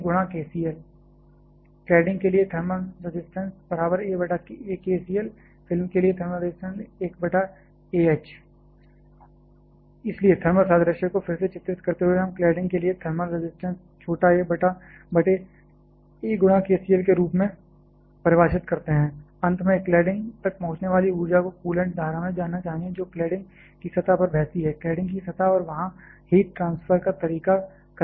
T Ts - x - a b cladding के लिए thermal resistance a A kcl film के लिए थर्मल रजिस्टेंस 1 Ah इसलिए थर्मल सादृश्य को फिर से चित्रित करते हुए हम क्लैडिंग के लिए थर्मल रजिस्टेंस छोटा a बटे A गुणा k c l के रूप में परिभाषित करते हैं अंत में क्लैडिंग तक पहुंचने वाली ऊर्जा को कूलेंट धारा में जाना चाहिए जो क्लैडिंग की सतह पर बहती है क्लैडिंग की सतह और वहां हीट ट्रांसफर का तरीका कन्वैक्शन है